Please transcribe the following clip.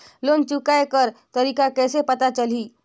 Loan चुकाय कर तारीक कइसे पता चलही?